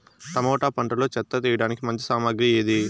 Tomato పంటలో చెత్త తీయడానికి మంచి సామగ్రి ఏది?